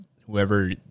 Whoever